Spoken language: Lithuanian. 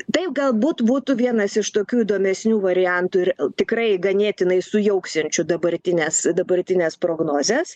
taip galbūt būtų vienas iš tokių įdomesnių variantų ir tikrai ganėtinai sujauksiančių dabartines dabartines prognozes